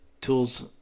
tools